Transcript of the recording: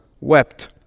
wept